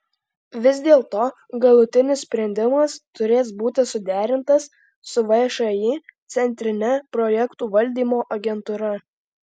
vis dėlto galutinis sprendimas turės būti suderintas su všį centrine projektų valdymo agentūra